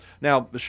now